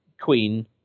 queen